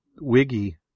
wiggy